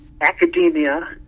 academia